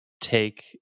take